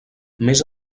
més